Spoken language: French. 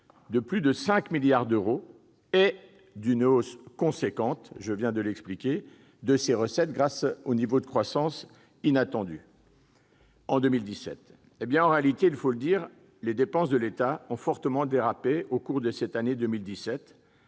de plus de 5 milliards d'euros et d'une hausse importante de ses recettes, grâce au niveau de croissance inattendu en 2017. En réalité, il faut le dire, les dépenses de l'État ont fortement dérapé au cours de l'année 2017,